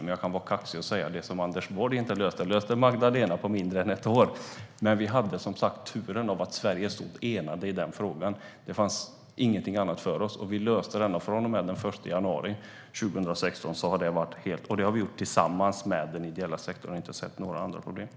Men jag kan vara kaxig och säga att det som Anders Borg inte löste, det löste Magdalena Andersson på mindre än ett år när vi väl satt i regeringsställning och fick detta på bordet. Men vi hade som sagt turen att Sverige stod enat i denna fråga. Vi löste den tillsammans med den ideella sektorn, och vi har inte sett några andra problem. Detta gäller från och med den 1 januari 2016.